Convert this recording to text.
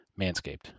Manscaped